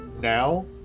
now